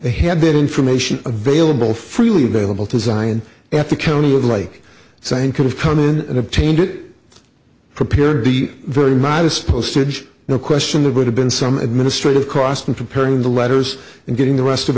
they had been information available freely available to zion at the county would like same could have come in and obtained it prepared the very modest postage no question there would have been some administrative cost in preparing the letters and getting the rest of